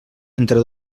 entre